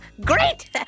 Great